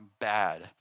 bad